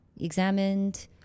examined